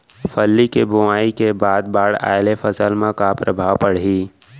फल्ली के बोआई के बाद बाढ़ आये ले फसल मा का प्रभाव पड़ही?